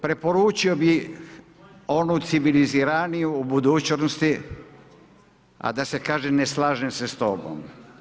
Preporučio onu civiliziraniju u budućnosti a da se kaže ne slažem se s tobom.